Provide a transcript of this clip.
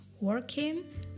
working